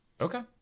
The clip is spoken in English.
okay